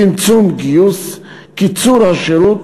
צמצום גיוס, קיצור השירות,